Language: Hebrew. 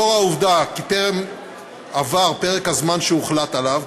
לאור העובדה כי טרם עבר פרק הזמן שהוחלט עליו,